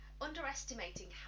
underestimating